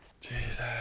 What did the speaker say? jesus